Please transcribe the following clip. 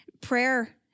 prayer